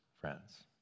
friends